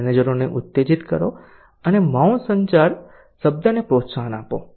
મેનેજરોને ઉત્તેજીત કરો અને મોં સંચાર શબ્દને પ્રોત્સાહન આપો